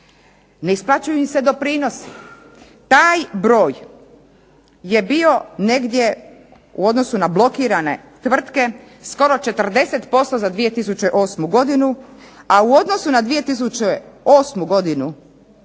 Ne isplaćuju im se doprinosi. Taj broj je bio negdje u odnosu na blokirane tvrtke skoro 40% za 2008. godinu a u odnosu na 2008. godinu